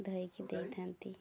ଧୋଇକି ଦେଇଥାନ୍ତି